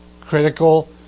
Critical